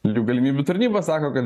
lygių galimybių tarnyba sako kad